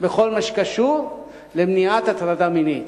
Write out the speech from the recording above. בכל הקשור להטרדה מינית.